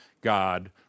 God